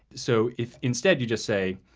so if instead you just say,